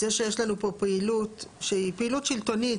זה שיש לנו פה פעילות שהיא פעילות שלטונית.